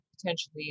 potentially